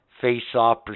Face-off